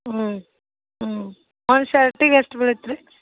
ಹ್ಞೂ ಹ್ಞೂ ಒಂದು ಶರ್ಟಿಗೆ ಎಷ್ಟು ಬೀಳುತ್ತೆ ರೀ